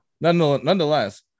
Nonetheless